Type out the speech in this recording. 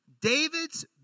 David's